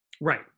right